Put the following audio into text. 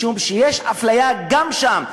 משום שיש אפליה גם שם.